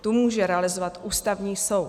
Tu může realizovat Ústavní soud.